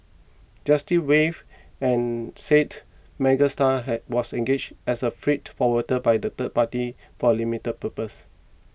justice Wave and said Megastar had was engaged as a freight forwarder by the third party for a limited purpose